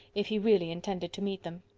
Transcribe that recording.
if he really intended to meet them.